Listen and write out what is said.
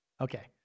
Okay